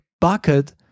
bucket